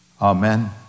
Amen